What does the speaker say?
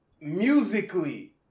musically